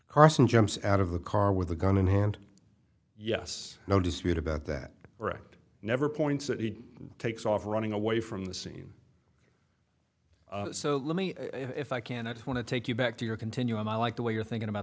carson jumps out of the car with a gun in hand yes no dispute about that right never points that he takes off running away from the scene so let me if i can i just want to take you back to your continuum i like the way you're thinking about